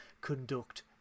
conduct